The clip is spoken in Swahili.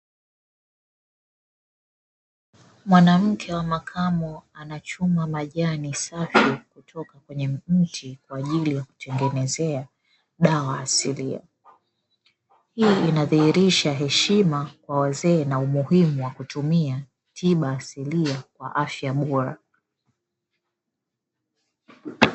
Mwanamke wa makamu, anachuma majani safi kutoka kwenye mti kwa ajili ya kutengeneza dawa asilia. Hii inadhihirisha heshima kwa wazee na umuhimu wa kutumia tiba asilia kwa afya bora.